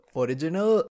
original